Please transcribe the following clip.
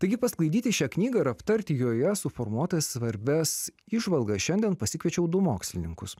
taigi pasklaidyti šią knygą ir aptarti joje suformuotas svarbias įžvalgas šiandien pasikviečiau du mokslininkus